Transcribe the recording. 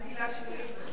מה עם גלעד שליט?